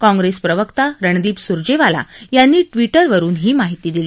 काँग्रेस प्रवक्ता रणदीप सुरजेवाला यांनी ट्वीटरवर ही माहिती दिली